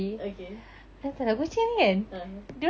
okay (uh huh)